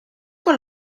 con